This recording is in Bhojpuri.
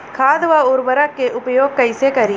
खाद व उर्वरक के उपयोग कइसे करी?